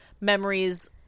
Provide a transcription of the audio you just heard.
memories